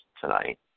tonight